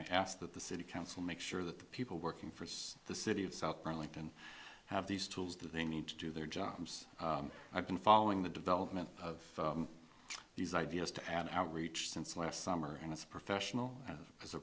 i ask that the city council make sure that the people working for say the city of south burlington have these tools that they need to do their jobs i've been following the development of these ideas to an outreach since last summer and as a professional as a